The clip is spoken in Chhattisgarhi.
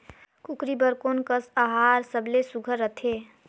कूकरी बर कोन कस आहार सबले सुघ्घर रथे?